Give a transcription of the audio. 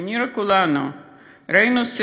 כנראה כולנו ראינו,